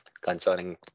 concerning